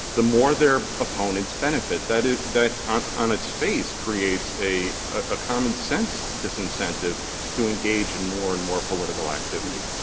the more their opponents benefit. that is that on its face creates a a a common sense disincentive to engage in more and more political activity.